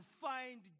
find